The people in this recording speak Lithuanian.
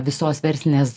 visos verslinės